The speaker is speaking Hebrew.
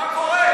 מה קורה?